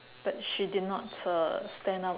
but she did not uh stand up